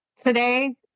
today